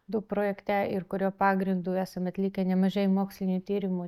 du projekte ir kurio pagrindu esam atlikę nemažai mokslinių tyrimų